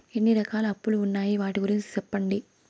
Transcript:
ఎన్ని రకాల అప్పులు ఉన్నాయి? వాటి గురించి సెప్పండి?